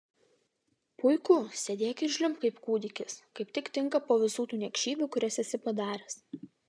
puiku sėdėk ir žliumbk kaip kūdikis kaip tik tinka po visų tų niekšybių kurias esi padaręs